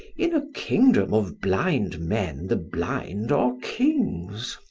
in a kingdom of blind men the blind are kings.